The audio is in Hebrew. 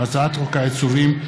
הצעת חוק העיצובים,